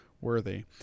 worthy